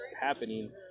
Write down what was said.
happening